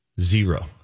zero